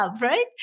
right